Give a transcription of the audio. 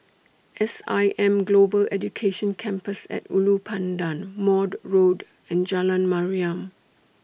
S I M Global Education Campus At Ulu Pandan Maude Road and Jalan Mariam